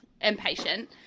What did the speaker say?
impatient